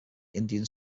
indian